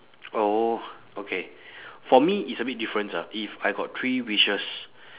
oh okay for me is a bit difference ah if I got three wishes